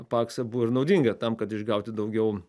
paksą buvo ir naudinga tam kad išgauti daugiau